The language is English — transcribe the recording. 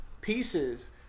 pieces